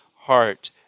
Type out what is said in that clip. heart